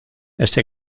este